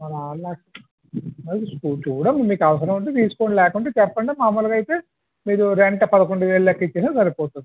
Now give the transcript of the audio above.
almost సరే చూడండి మీకు అవసరం ఉంటే తీసుకోండి లేకుంటే చెప్పండి మాములుగా అయితే మీరు రెంట్ పదకొండువేలు లెక్కన ఇచ్చేసిన సరిపోతుంది